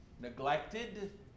neglected